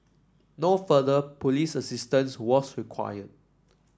no further police assistance was required